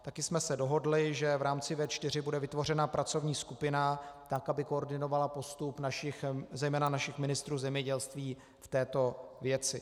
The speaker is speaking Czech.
Také jsme se dohodli, že v rámci V4 bude vytvořena pracovní skupina, tak aby koordinovala postup zejména našich ministrů zemědělství v této věci.